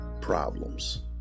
problems